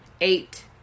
Eight